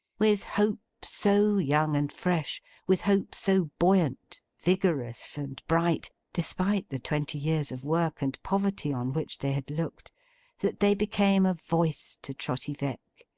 with hope so young and fresh with hope so buoyant, vigorous, and bright, despite the twenty years of work and poverty on which they had looked that they became a voice to trotty veck,